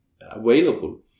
available